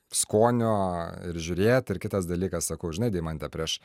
skonio ir žiūrėt ir kitas dalykas sakau žinai deimante prieš